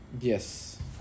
Yes